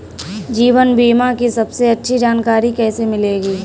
जीवन बीमा की सबसे अच्छी जानकारी कैसे मिलेगी?